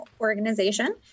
organization